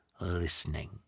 listening